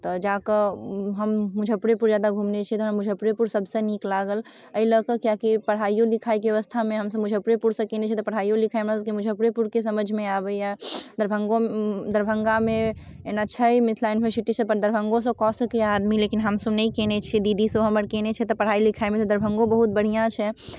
तऽ जाकऽ हम मुजफ्फरेपुर ज्यादा घुमने छिए तऽ हमरा मुजफ्फरेपुर सबसँ नीक लागल एहि लऽ कऽ कियाकि पढ़ाइओ लिखाइके बेबस्थामे हमसब मुजफ्फरेपुरसँ केने छिए तऽ पढ़ाइओ लिखाइ हमरासबके मुजफ्फरेपुरके समझिमे आबैए दरभङ्गामे दरभङ्गोमे एना छै मिथिला यूनिवर्सिटीसँ अपना दरभङ्गोसँ कऽ सकैए आदमी लेकिन हमसब नहि केने छिए दीदीसब हमर केने छथि तऽ पढ़ाइ लिखाइमे तऽ दरभङ्गो बहुत बढ़िआँ छै